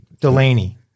Delaney